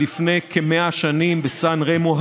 לפני כ-100 שנים בסן רמו,